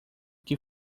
que